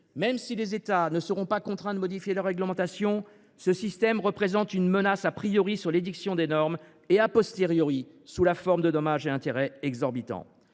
Même si les États ne seront pas contraints de modifier leur réglementation, cela représente une menace,, sur l’édiction des normes, et,, sous la forme de dommages et intérêts exorbitants.